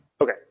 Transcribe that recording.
Okay